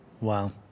Wow